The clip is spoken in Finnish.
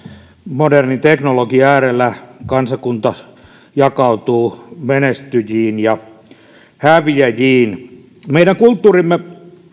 modernin teknologian äärellä kansakunta jakautuu menestyjiin ja häviäjiin meidän kulttuurimme